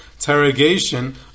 interrogation